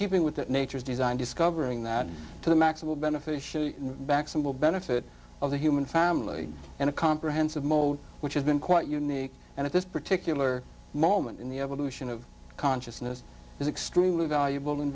keeping with that nature's design discovering that to the maximum benefit back some will benefit of the human family and a comprehensive mold which has been quite unique and at this particular moment in the evolution of consciousness is extremely valuable and